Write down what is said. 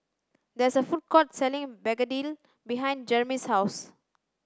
there is a food court selling begedil behind Jermey's house